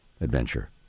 adventure